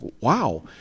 wow